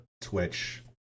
twitch